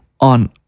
On